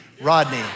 Rodney